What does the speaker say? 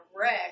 wreck